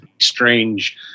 strange